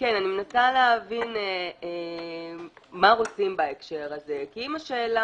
אני מנסה להבין מה רוצים בהקשר הזה כי אם השאלה